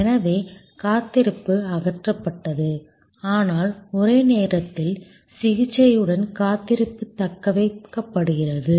எனவே காத்திருப்பு அகற்றப்பட்டது ஆனால் ஒரே நேரத்தில் சிகிச்சையுடன் காத்திருப்பு தக்கவைக்கப்படுகிறது